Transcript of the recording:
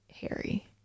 Harry